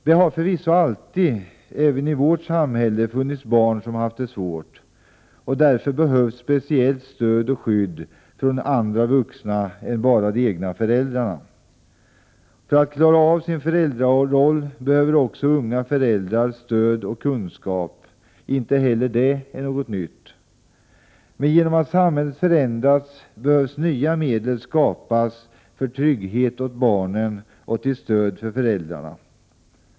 Det har förvisso alltid, även i vårt samhälle, funnits barn som haft det svårt och därför behövt speciellt stöd och skydd från andra än de egna föräldrarna. För att klara av föräldrarollen behöver också unga föräldrar stöd och kunskap. Inte heller det är något nytt. Genom att samhället förändrats behöver nya medel skapas för att ge trygghet åt barnen och stöd till föräldrarna.